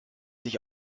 sich